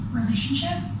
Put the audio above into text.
relationship